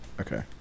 okay